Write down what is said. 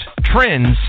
trends